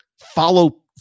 Follow